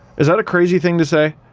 is that a crazy thing to say?